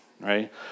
right